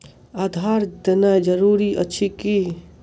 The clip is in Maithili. आधार देनाय जरूरी अछि की?